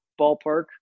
ballpark